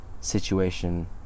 situation